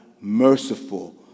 merciful